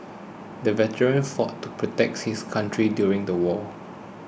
the veteran fought to protect his country during the war